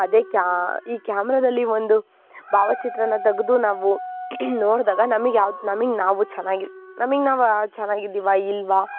ಅದೇ ಕ್ಯಾ ಈ ಕ್ಯಾಮ್ರದಲ್ಲಿ ಒಂದು ಭಾವಚಿತ್ರನ ತೆಗ್ದು ನಾವು ನೋಡಿದಾಗ ನಮಗೆ ಯಾವ ನಮಗೆ ನಾವು ಚೆನ್ನಾಗಿ ನಮಗೆ ನಾವು ಚೆನ್ನಾಗಿದ್ದೀವಾ ಇಲ್ಲವಾ